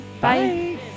bye